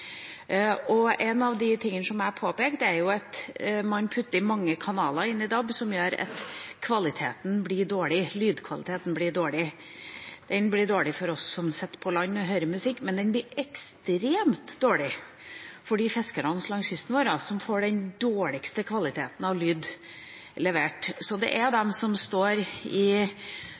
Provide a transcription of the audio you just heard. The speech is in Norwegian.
En av tingene jeg påpekte, er at man putter mange kanaler inn i DAB, som gjør at kvaliteten blir dårlig, lydkvaliteten blir dårlig. Den blir dårlig for oss som sitter på land og hører på musikk, men den blir ekstremt dårlig for fiskerne langs kysten vår, som får den dårligste kvaliteten av lyd levert. Så det er de som står i